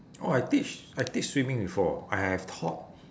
oh I teach I teach swimming before I have taught